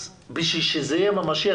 אז בשביל שזה יהיה ממשי,